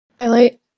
highlight